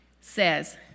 says